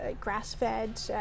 grass-fed